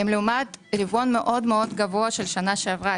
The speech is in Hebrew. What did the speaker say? הן לעומת רבעון מאוד גבוה של שנה שעברה,